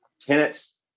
tenants